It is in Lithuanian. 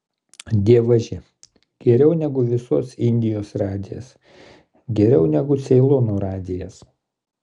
dievaži geriau negu visos indijos radijas geriau negu ceilono radijas